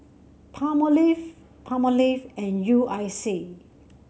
Palmolive Palmolive and U I C